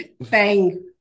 Bang